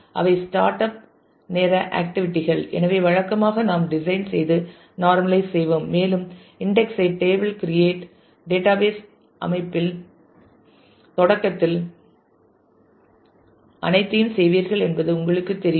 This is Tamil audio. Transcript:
அவை ஸ்டாட்அப் நேர ஆக்டிவிட்டி கள் எனவே வழக்கமாக நாம் டிசைன் செய்து நார்மலைஸ் செய்வோம் மேலும் இன்டெக்ஸ் ஐ table create டேட்டாபேஸ் அமைப்பின் தொடக்கத்தில் அனைத்தையும் செய்வீர்கள் என்பது உங்களுக்குத் தெரியும்